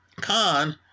Khan